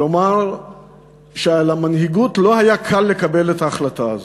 לומר שעל המנהיגות לא היה קל לקבל את ההחלטה הזאת.